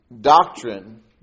doctrine